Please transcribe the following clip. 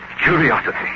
Curiosity